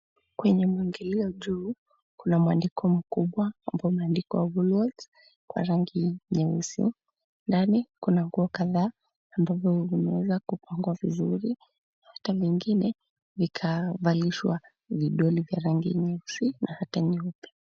Kwenye mwingilio juu kuna mwandiko mkubwa ambao umeandikwa woolworths kwa rangi nyeusi, ndani kuna nguo kadhaa ambavyo vimeweza kupangwa vizuri hata vingine vikavalishwa vidoli vya rangi nyeusi na hata nyeupe.